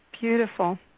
Beautiful